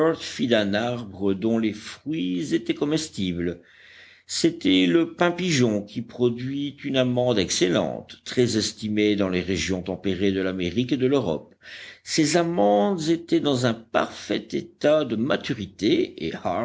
fit d'un arbre dont les fruits étaient comestibles c'était le pin pigeon qui produit une amande excellente très estimée dans les régions tempérées de l'amérique et de l'europe ces amandes étaient dans un parfait état de maturité et